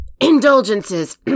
Indulgences